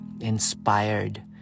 inspired